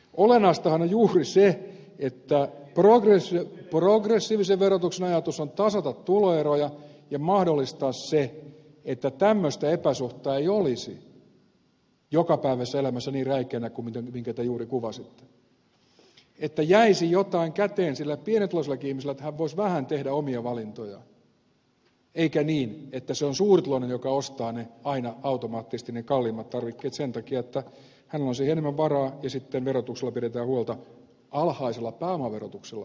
olennaistahan on juuri se että progressiivisen verotuksen ajatus on tasata tuloeroja ja mahdollistaa se että tämmöistä epäsuhtaa ei olisi jokapäiväisessä elämässä niin räikeänä kuin te juuri kuvasitte että jäisi jotain käteen sillä pienituloisellakin ihmisellä että hän voisi vähän tehdä omia valintojaan eikä niin että se on suurituloinen joka ostaa aina automaattisesti ne kalliimmat tarvikkeet sen takia että hänellä on siihen enemmän varaa ja sitten pidetään huolta alhaisella pääomaverotuksella ed